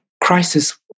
crisis